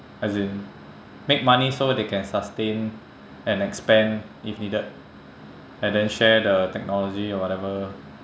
as in make money so they can sustain and expand if needed and then share the technology or whatever